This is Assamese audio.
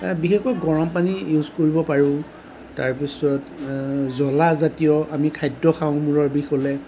বিশেষকৈ গৰম পানী ইউজ কৰিব পাৰোঁ তাৰপিছত জ্বলাজাতীয় আমি খাদ্য খাওঁ মূৰৰ বিষ হ'লে